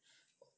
是不